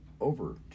over